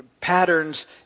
patterns